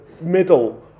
middle